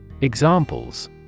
Examples